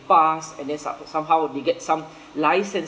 pass and then some~ somehow they get some license